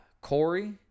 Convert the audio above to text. Corey